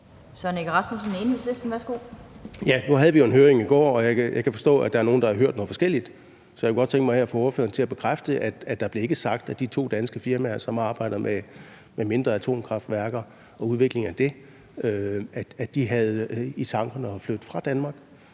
Søren Egge Rasmussen (EL): Nu havde vi jo en høring i går, og jeg kan forstå, at der er nogle, der har hørt noget forskelligt. Jeg kunne godt tænke mig at få ordføreren til her at bekræfte, at der ikke blev sagt af de to danske firmaer, som arbejder med mindre atomkraftværker og udvikling af det, at de havde i tankerne at flytte fra Danmark.